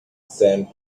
scent